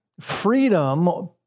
freedom